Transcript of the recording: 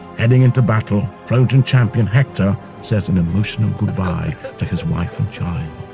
heading into battle, trojan champion hector says an emotional goodbye to his wife and child.